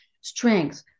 strength